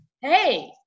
hey